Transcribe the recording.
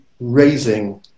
raising